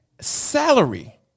salary